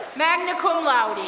magna cum laude.